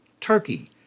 turkey